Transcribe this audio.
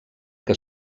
que